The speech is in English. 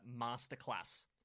Masterclass